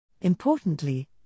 Importantly